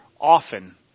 often